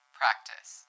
practice